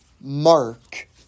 mark